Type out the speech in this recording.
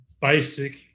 basic